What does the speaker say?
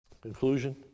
Conclusion